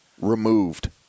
removed